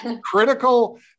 critical